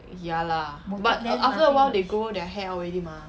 ya lah but after a while they grow their hair out already mah